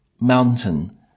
mountain